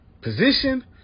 position